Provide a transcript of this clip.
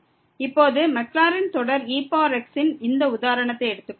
இப்போது மாக்லாரின் தொடர் ex இன் இந்த உதாரணத்தை எடுத்துக்கொள்வோம்